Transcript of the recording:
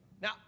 Now